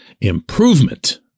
improvement